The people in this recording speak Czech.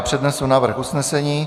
Přednesu návrh usnesení.